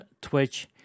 Twitch